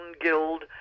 guild